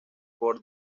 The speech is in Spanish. for